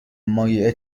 مایع